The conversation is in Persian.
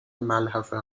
ملحفه